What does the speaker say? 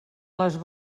les